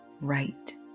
right